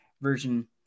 version